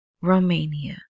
Romania